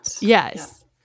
yes